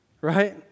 right